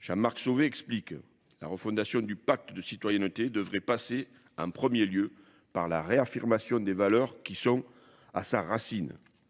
Jean-Marc Sauvé explique la refondation du pacte de citoyenneté devrait passer en premier lieu par la réaffirmation des valeurs qui sont à sa racine.